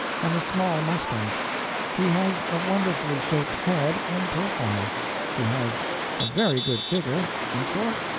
and a small mustache he has a wonderfully shaped head and profile he has a very good figure in short,